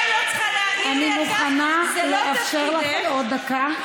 אני מוכנה לאפשר לך עוד דקה,